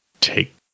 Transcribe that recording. take